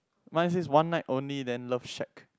mine says one night only then love shack